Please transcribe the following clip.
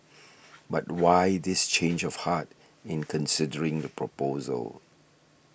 but why this change of heart in considering the proposal